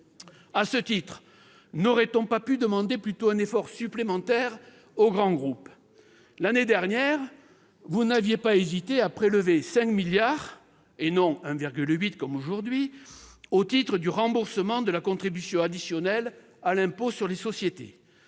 À ce titre, n'aurait-on pas pu demander plutôt un effort supplémentaire aux grands groupes ? L'année dernière, vous n'aviez pas hésité à prélever 5 milliards d'euros, et non 1,8 milliard d'euros comme aujourd'hui, au titre du remboursement de la contribution additionnelle à l'impôt sur les sociétés.